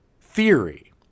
theory